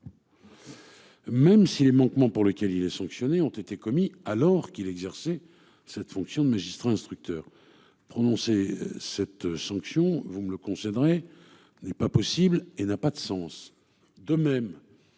Même si les manquements pour lequel il est sanctionné ont été commis alors qu'il exerçait cette fonction de magistrat instructeur prononcé cette sanction vous me le concevrais n'est pas possible et n'a pas de sens de même.